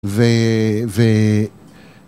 ו... ו...